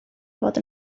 fod